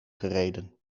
gereden